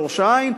ראש-העין,